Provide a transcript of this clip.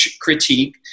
critique